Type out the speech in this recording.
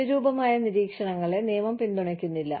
അനുരൂപമായ നിരീക്ഷണങ്ങളെ നിയമം പിന്തുണയ്ക്കുന്നില്ല